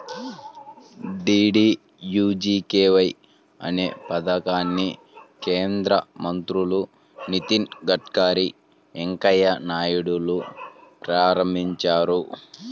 DDUGKY అనే పథకాన్ని కేంద్ర మంత్రులు నితిన్ గడ్కరీ, వెంకయ్య నాయుడులు ప్రారంభించారు